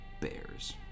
bears